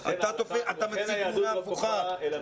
אתה מציג עמדה הפוכה.